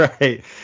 right